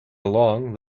along